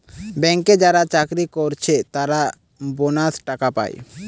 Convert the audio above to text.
ব্যাংকে যারা চাকরি কোরছে তারা বোনাস টাকা পায়